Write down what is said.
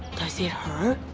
does it hurt?